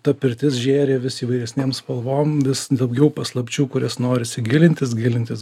ta pirtis žėri vis įvairesnėm spalvom vis daugiau paslapčių kurias norisi gilintis gilintis